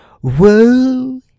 Whoa